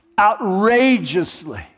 outrageously